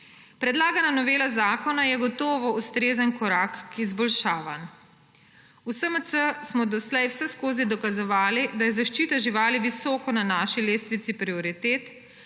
Predlagana novela zakona je gotovo ustrezen korak k izboljšavam. V SMC smo doslej vseskozi dokazovali, da je zaščita živali visoko na naši lestvici prioritet,